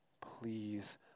Please